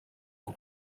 for